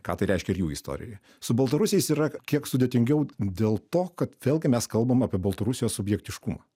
ką tai reiškia ir jų istorijoj su baltarusiais yra kiek sudėtingiau dėl to kad vėlgi mes kalbam apie baltarusijos subjektiškumą